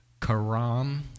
karam